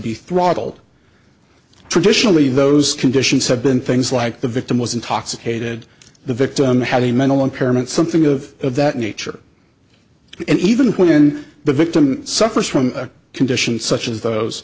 throttled traditionally those conditions have been things like the victim was intoxicated the victim had a mental impairment something of that nature and even when the victim suffers from a condition such as those